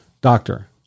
Doctor